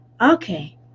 okay